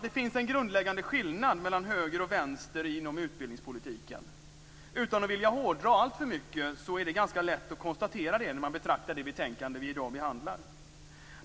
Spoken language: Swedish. Det finns en grundläggande skillnad mellan höger och vänster inom utbildningspolitiken. Utan att vilja hårdra alltför mycket kan jag ganska lätt konstatera det när jag betraktar det betänkande vi i dag behandlar.